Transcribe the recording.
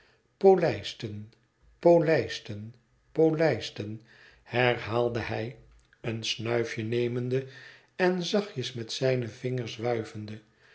polijsten polijsten polijsten herhaalde hij een snuifje nemende en zachtjes met zijne vingers wuivende